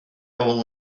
all